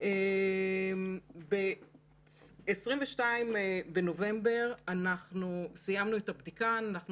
בדבריך בשבוע ה-14 דיברנו יותר על הבנה של